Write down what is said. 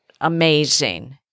amazing